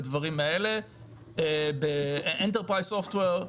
Enterprise Software,